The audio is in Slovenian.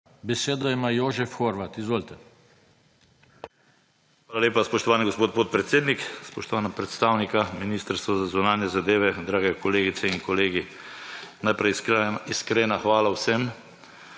Besedo ima Jožef Horvat. Izvolite. JOŽEF HORVAT (PS NSi): Hvala lepa, spoštovani gospod podpredsednik. Spoštovana predstavnika Ministrstva za zunanje zadeve, dragi kolegice in kolegi! Najprej iskrena hvala vsem,